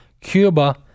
Cuba